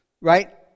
right